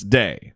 day